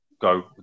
go